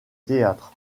théâtre